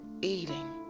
eating